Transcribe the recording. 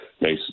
nice